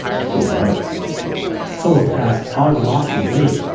people have noticed some of asked how i've lost the weight.